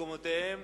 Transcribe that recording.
במקומותיהם